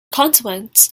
consequence